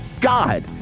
God